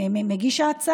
מי איתך?